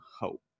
hope